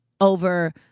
over